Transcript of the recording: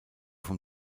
vom